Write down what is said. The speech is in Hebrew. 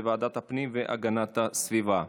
לוועדת הפנים והגנת הסביבה נתקבלה.